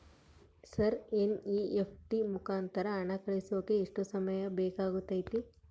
Sir NEFT ಮುಖಾಂತರ ಹಣ ಕಳಿಸೋಕೆ ಎಷ್ಟು ಸಮಯ ಬೇಕಾಗುತೈತಿ?